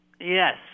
Yes